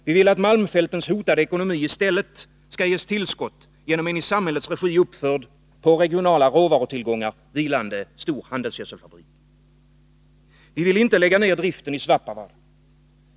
Vi vill att malmfältens hotade ekonomi i stället skall ges tillskott genom en i samhällets regi uppförd, på regionala råvarutillgångar vilande stor handelsgödselfabrik. Vi vill inte lägga ner driften i Svappavaara.